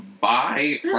bye